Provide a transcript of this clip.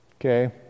Okay